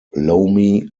loamy